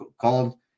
called